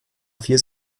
vier